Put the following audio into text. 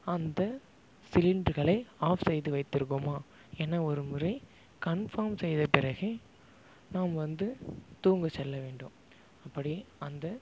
அந்தச் சிலிண்டருகளை ஆஃப் செய்து வைத்திருக்கோமா என ஒரு முறை கன்ஃபார்ம் செய்தபிறகே நாம் வந்து தூங்கச் செல்ல வேண்டும் இப்படி அந்த